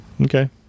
Okay